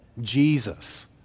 Jesus